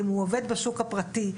אם הוא עובד בשוק הפרטי,